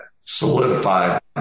solidified